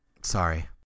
Sorry